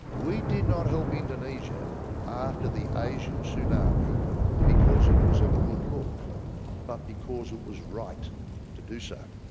we did not help indonesia after the asian tsunami because it was a good look but because it was right to do so.